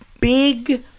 big